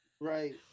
Right